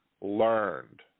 learned